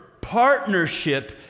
partnership